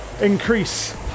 Increase